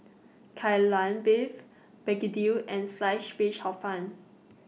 Kai Lan Beef Begedil and Sliced Fish Hor Fun